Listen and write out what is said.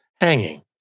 hanging